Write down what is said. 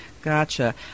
Gotcha